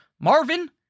Marvin